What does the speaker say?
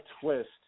twist